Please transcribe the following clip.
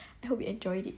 I hope you enjoyed it